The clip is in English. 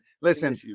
Listen